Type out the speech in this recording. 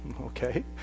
Okay